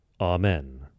Amen